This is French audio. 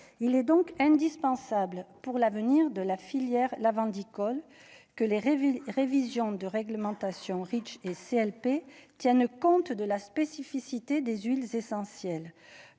Il est donc indispensable pour l'avenir de la filière la que les révision de réglementation Reach et CLP tiennent compte de la spécificité des huiles essentielles